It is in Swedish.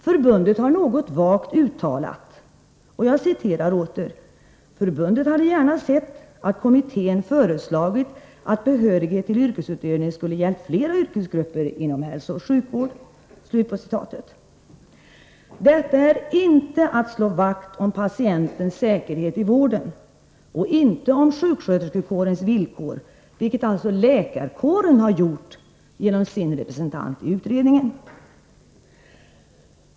Förbundet har något vagt uttalat: ”Förbundet hade gärna sett att kommittén föreslagit att behörighet till yrkesutövning skulle gällt flera yrkesgrupper inom hälsooch sjukvård.” Detta är inte att slå vakt om patientens säkerhet i vården och inte att slå vakt om sjuksköterskekårens villkor, vilket alltså läkarkåren har gjort genom sin representant i utredningen.